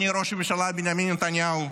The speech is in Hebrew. אדוני ראש הממשלה בנימין נתניהו,